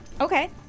Okay